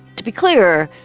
to be clear,